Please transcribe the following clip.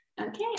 okay